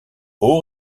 haut